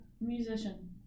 musician